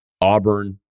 Auburn